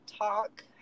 talk